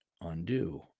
undo